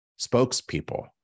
spokespeople